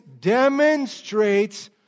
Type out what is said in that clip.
demonstrates